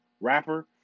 Rapper